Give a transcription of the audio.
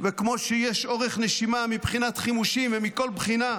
כמו שיש אורך נשימה מבחינת חימושים ומכל בחינה,